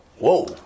Whoa